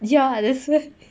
ya that's why